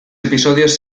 episodios